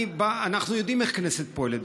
אנחנו יודעים איך הכנסת פועלת,